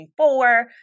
2024